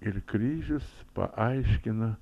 ir kryžius paaiškina